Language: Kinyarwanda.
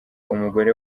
umugore